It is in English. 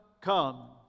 come